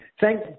thank